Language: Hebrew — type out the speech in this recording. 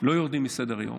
לא יורדים מסדר-היום,